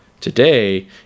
Today